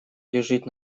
лежит